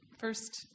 first